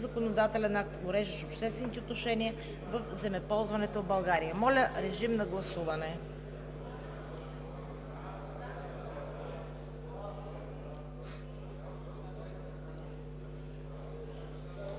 законодателен акт, уреждащ обществените отношения в земеползването в България.“ Моля, режим на гласуване.